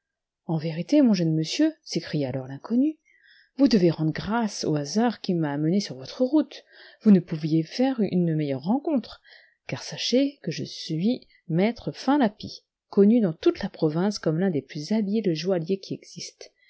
en vérité mon jeune monsieur s'écria alors l'inconnu vous devez rendre grâce au hasard qui m'a amené sur votre route vous ne pouviez faire une meilleure rencontre car sachez que je suis maître finlappi connu dans toute la province comme l'un des plus habiles joailliers qui existent